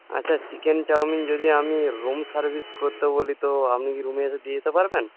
আচ্ছা chicken chowmein যদি আমি রুম সার্ভিস করতে বলি তো আপনি কি রুমে এসে দিয়ে যেতে পারবেন